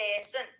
person